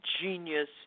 genius